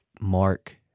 Mark